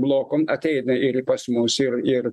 bloko ateina ir pas mus ir ir